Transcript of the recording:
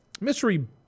Mystery